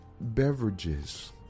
beverages